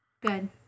Good